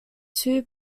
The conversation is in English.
two